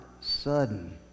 sudden